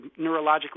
neurologically